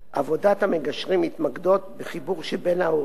עבודת המגשרים מתמקדת בחיבור שבין ההורים,